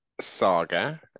saga